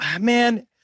man